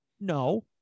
No